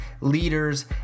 leaders